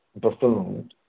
buffoon